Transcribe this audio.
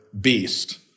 beast